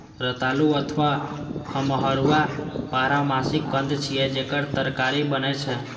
रतालू अथवा खम्हरुआ बारहमासी कंद छियै, जेकर तरकारी बनै छै